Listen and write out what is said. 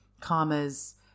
Karma's